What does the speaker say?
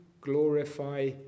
glorify